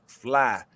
fly